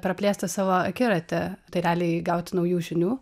praplėsti savo akiratį tai gali įgauti naujų žinių